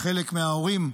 חלק מההורים,